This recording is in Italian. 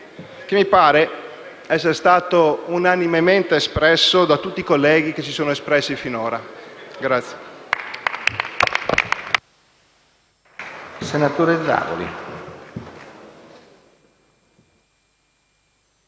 che mi pare essere stato unanimemente manifestato da tutti i colleghi che si sono espressi finora.